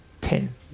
ten